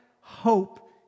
hope